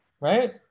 right